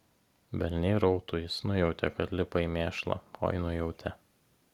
velniai rautų jis nujautė kad lipa į mėšlą oi nujautė